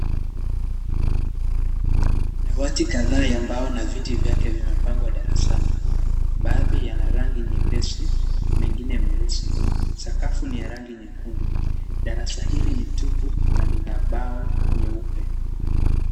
Dawati kadhaa ya mbao na viti vyake vimepangwa darasani. Baadhi yana rangi nyepesi, mengine meusi . Sakafu ni ya rangi nyekundu. Darasa hili ni tupu na lina bao nyeupe.